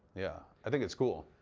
yeah, i think it's cool.